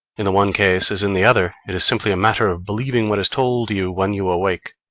in the one case as in the other, it is simply a matter of believing what is told you when you awake.